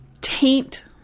taint